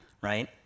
right